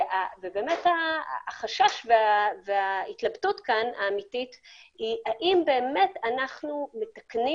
החשש וההתלבטות האמיתית היא האם באמת אנחנו מתקנים